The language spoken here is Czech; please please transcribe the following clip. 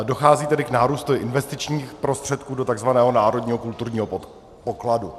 Dochází tedy k nárůstu investičních prostředků do tzv. národního kulturního pokladu.